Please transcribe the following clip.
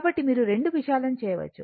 కాబట్టి మీరు రెండు విషయాలను చేయవచ్చు